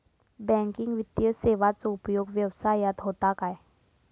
Banking वित्तीय सेवाचो उपयोग व्यवसायात होता काय?